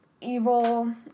evil